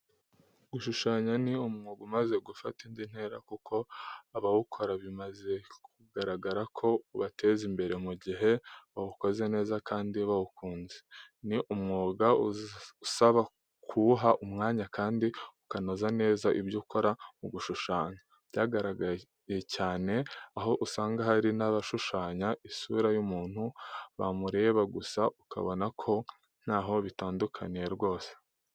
Gushushanya ni umwuka umaze gufata indi ntera kuko abawukora bimaze kugaragarako ubateza imbere mu gihe bawukoze neza kandi bawukunze. Ni umwuka usaba kuwuha umwanya kandi ukanoza neza ibyo ukora mu gushushanya. Byagaragaye cyane aho usanga hari nabashushanya isura y'umuntu bamureba gusa ukabona ko ntaho bitandukaniye rwose.